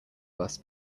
bus